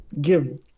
give